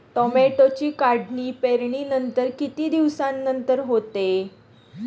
टोमॅटोची काढणी पेरणीनंतर किती दिवसांनंतर होते?